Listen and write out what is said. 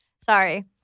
Sorry